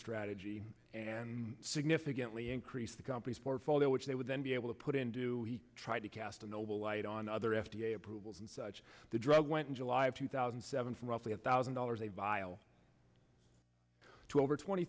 strategy and significantly increase the company's portfolio which they would then be able to put in do try to cast a noble light on other f d a approvals and such the drug went in july of two thousand and seven from roughly a thousand dollars a vile to over twenty